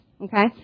Okay